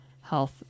health